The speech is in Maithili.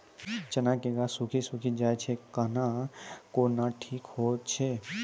चना के गाछ सुखी सुखी जाए छै कहना को ना ठीक हो छै?